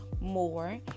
more